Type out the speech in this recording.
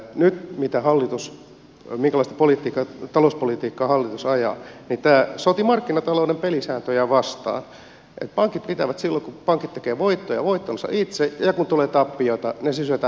nyt se minkälaista talouspolitiikkaa hallitus ajaa sotii markkinatalouden pelisääntöjä vastaan että pankit pitävät silloin voittonsa itse kun pankit tekevät voittoja ja kun tulee tappioita ne sysätään veronmaksajille